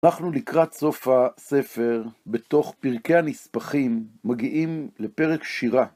אנחנו לקראת סוף הספר בתוך פרקי הנספכים מגיעים לפרק שירה.